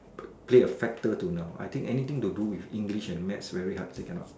play a factor to now I think anything to do with English and math very hard to say can not